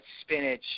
spinach